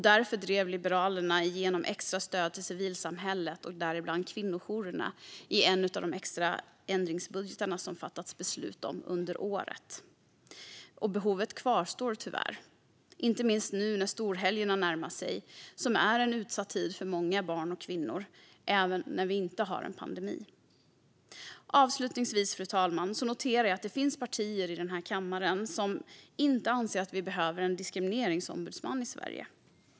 Därför drev Liberalerna igenom extra stöd till civilsamhället, däribland kvinnojourerna, i en av de extra ändringsbudgetar som det fattats beslut om under året. Behovet kvarstår tyvärr - inte minst nu när storhelgerna närmar sig, vilket är en utsatt tid för många barn och kvinnor även när vi inte har en pandemi. Avslutningsvis, fru talman, noterar jag att det finns partier i denna kammare som inte anser att vi behöver en diskrimineringsombudsman i Sverige.